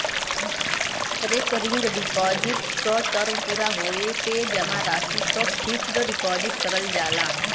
recurring deposit क term पूरा होये पे जमा राशि क फिक्स्ड डिपाजिट करल जाला